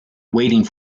waiting